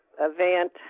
event